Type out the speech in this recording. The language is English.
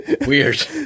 Weird